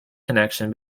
connection